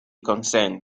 consents